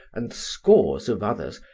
and scores of others,